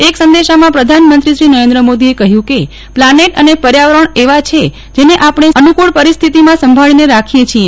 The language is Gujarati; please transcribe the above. એક સંદેશામાં પ્રધાનમંત્રી નરેન્દ્ર મોદીએ કહ્યું કે પ્લાનેટ અને પર્યાવરણ એવા છે જેને આપણે અનુકૂળ પરિઠસ્થતિમાં સંભાળીને રાખીએ છીએ